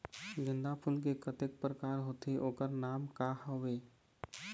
गेंदा फूल के कतेक प्रकार होथे ओकर नाम का हवे?